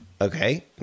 okay